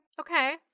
Okay